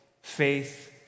faith